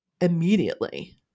immediately